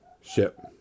ship